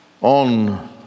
on